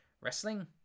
wrestling